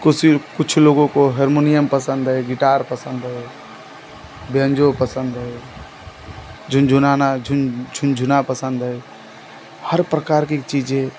कुसी कुछ लोगों को हरमोनियम पसंद है गिटार पसंद है बेंजो पसंद है झुनजूनाना झुन झुनझुना पसंद है हर प्रकार की चीज़ें